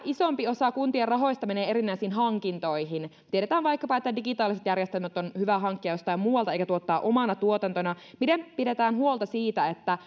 isompi osa kuntien rahoista menee erinäisiin hankintoihin tiedetään vaikkapa että digitaaliset järjestelmät on hyvä hankkia jostain muualta eikä tuottaa omana tuotantona miten pidetään huolta siitä että